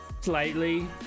Slightly